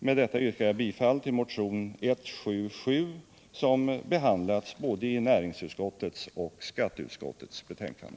Med det anförda yrkar jag bifall till motionen 177, som behandlats i både näringsutskottets och skatteutskottets betänkande.